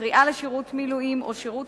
קריאה לשירות מילואים או שירות